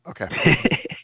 Okay